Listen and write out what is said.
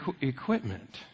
equipment